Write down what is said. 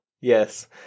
yes